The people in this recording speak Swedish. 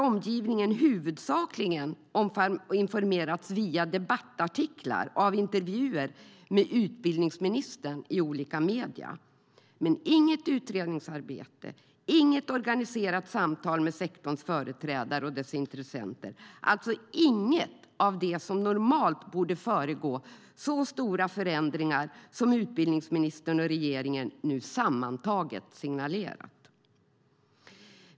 Omgivningen har huvudsakligen informerats via debattartiklar av och intervjuer med utbildningsministern i olika medier, men inget utredningsarbete har gjorts och inget organiserat samtal med sektorns företrädare och dess intressenter har förts. Alltså har inget av det som normalt borde föregå så stora förändringar som utbildningsministern och regeringen nu sammantaget signalerat skett.